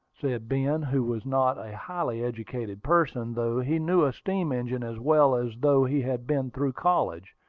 said ben, who was not a highly-educated person, though he knew a steam-engine as well as though he had been through college.